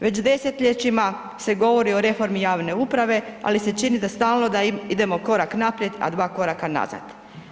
Već desetljećima se govori o reformi javne uprave, ali se čini da stalno da idemo korak naprijed, a dva koraka nazad.